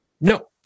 no